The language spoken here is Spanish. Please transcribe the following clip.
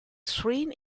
schwerin